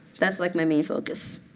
that's, like, my main focus.